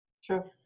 sure